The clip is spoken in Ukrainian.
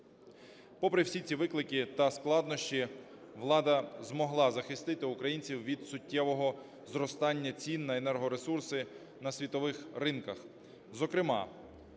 Попри всі ці виклики та складнощі влада змогла захистити українців від суттєвого зростання цін на енергоресурси на світових ринках, зокрема